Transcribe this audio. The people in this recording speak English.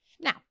Now